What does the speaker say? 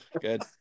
Good